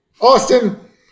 Austin